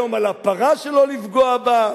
היום על הפרה שלא לפגוע בה,